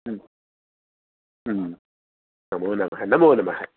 नमो नमः नमो नमः